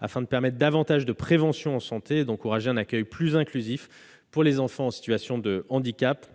afin de permettre davantage de prévention en matière de santé et d'encourager un accueil plus inclusif pour les enfants en situation de handicap